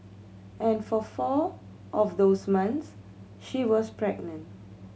and for four of those months she was pregnant